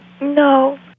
No